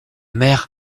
mère